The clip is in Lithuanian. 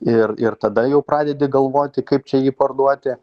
ir ir tada jau pradedi galvoti kaip čia jį parduoti